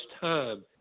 time